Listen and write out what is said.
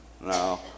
No